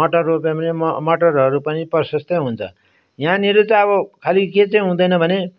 मटर रोप्यो भने मटरहरू पनि प्रशस्तै हुन्छ यहाँनिर त अब खालि के चाहिँ हुँदैन भने